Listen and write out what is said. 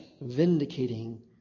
vindicating